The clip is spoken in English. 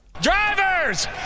Drivers